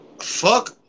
Fuck